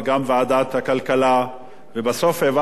בסוף העברנו את הנושא לוועדת הכספים,